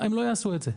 הם לא יעשו את זה.